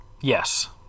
Yes